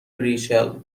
ریچل